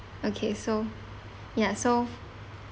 okay so ya so